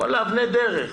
צריך לקבוע אבני דרך,